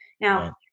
Now